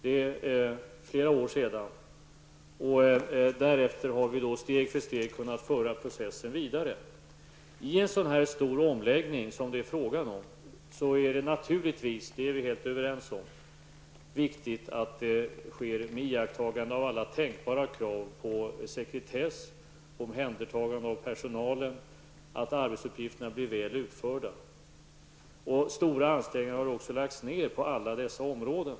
Det är flera år sedan, och vi har därefter steg för steg kunnat föra processen vidare. I en sådan stor omläggning är det naturligtvis, det är vi helt överens om, viktigt att den sker med iakttagande av alla tänkbara krav på sekretess och omhändertagande av personal och att arbetsuppgifterna blir väl utförda. Stora ansträngningar har också lagts ned på alla dessa områden.